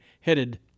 headed